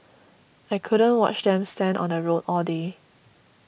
I couldn't watch them stand on the road all day